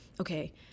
okay